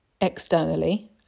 externally